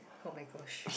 oh-my-gosh